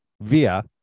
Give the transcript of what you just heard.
via